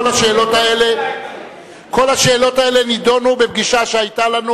כל השאלות האלה נדונו בפגישה שהיתה לנו